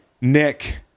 Nick